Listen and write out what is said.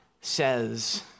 says